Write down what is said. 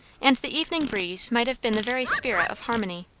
and the evening breeze might have been the very spirit of harmony.